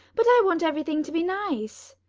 but i want everything to be nice.